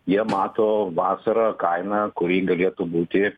jie mato vasarą kainą kurį galėtų būti